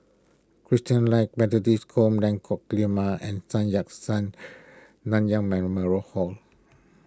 Christalite Methodist Home Lengkong Lima and Sun Yat Sen Nanyang Memorial Hall